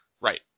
Right